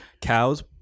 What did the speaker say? cows